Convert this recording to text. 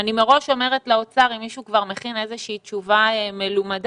אני מראש אומרת לאוצר אם מישהו מכין איזושהי תשובה מלומדת